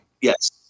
yes